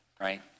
right